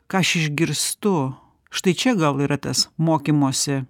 ką aš išgirstu štai čia gal yra tas mokymosi